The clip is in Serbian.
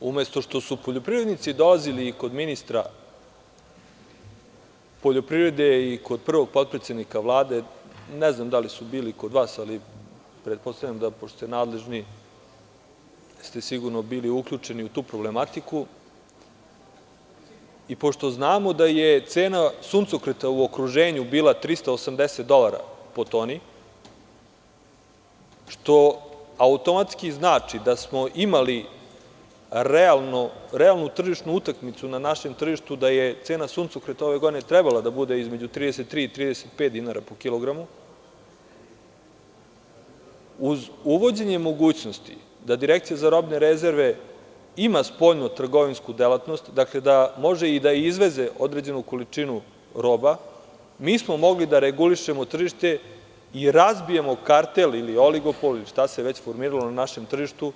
Umesto što su poljoprivrednici dolazili i kod ministra poljoprivrede i kod prvog potpredsednika Vlade, ne znam da li su bili kod vas, ali pretpostavljam da, pošto ste nadležni, ste sigurno bili uključeni u tu problematiku, i pošto znamo da je cena suncokreta u okruženju bila 380 dolara po toni, što automatski znači da smo imali realnu tržišnu utakmicu na našem tržištu, da je cena suncokreta ove godine trebala da bude između 33 i 35 dinara po kilogramu, uz uvođenje mogućnosti da Direkcije za robne rezerve ima spoljno-trgovinsku delatnost, da može i da izveze određenu količinu roba, mi smo mogli da regulišemo tržište i razbijemo kartel ili oligopol ili šta se već formiralo na našem tržištu,